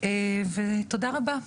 תודה רבה.